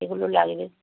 এগুলো লাগবে